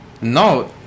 No